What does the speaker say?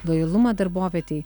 lojalumą darbovietei